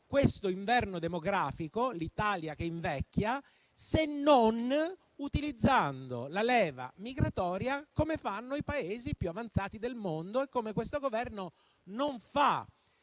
questo inverno demografico - l'Italia che invecchia - se non utilizzando la leva migratoria come fanno i Paesi più avanzati del mondo e come questo Governo non fa.